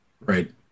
Right